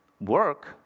work